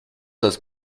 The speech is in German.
das